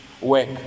work